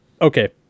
Okay